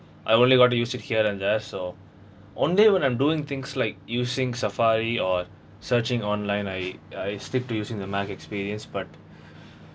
I only got to use it here and there so only when I'm doing things like using safari or searching online I I stick to using the mac experience but